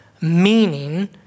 meaning